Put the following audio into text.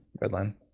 Redline